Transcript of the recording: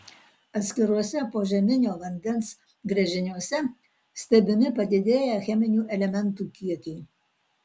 atskiruose požeminio vandens gręžiniuose stebimi padidėję cheminių elementų kiekiai